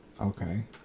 Okay